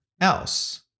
else